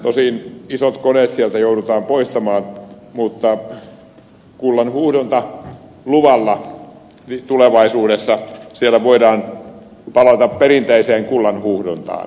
tosin isot koneet sieltä joudutaan poistamaan mutta kullanhuuhdontaluvalla tulevaisuudessa siellä voidaan palata perinteiseen kullanhuuhdontaan